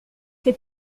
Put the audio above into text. fait